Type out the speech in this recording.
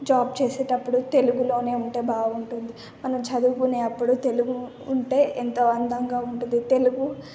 job చేసేటప్పుడు తెలుగులోనే ఉంటే బాగుంటుంది మనం చదువుకునే అప్పుడు తెలుగు ఉంటే ఎంతో అందంగా ఉంటది తెలుగు